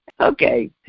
Okay